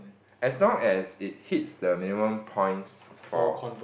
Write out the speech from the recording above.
as long as it hits the minimum points for